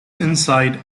inside